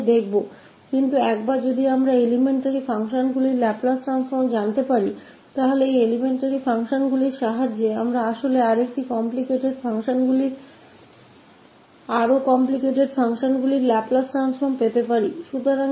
लेकिन एक बार जब हम इन प्राथमिक फंक्शन के लाप्लास रूपांतर को जान लेते हैं तो इन प्राथमिक कार्यों की मदद से हम वास्तव में अधिक जटिल फंक्शन के लाप्लास रूपांतर को प्राप्त कर सकते हैं ताकि हम बाद में देखेंगे